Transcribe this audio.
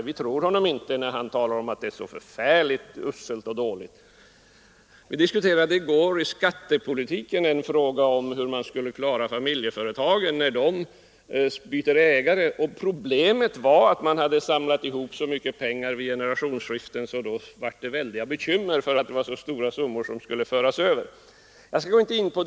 Vi tror honom inte när han talar om att det är så förfärligt uselt och dåligt. Vi diskuterade i går, i samband med skattepolitiken, frågan hur vi skulle klara familjeföretagen när de byter ägare. Problemet var att de hade samlat ihop så mycket pengar att det skapade väldiga bekymmer när dessa stora summor skulle föras över vid generationsskiften.